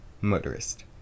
Motorist